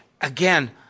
Again